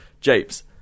Japes